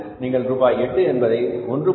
நீங்கள் ரூபாய் 8 என்பதை 1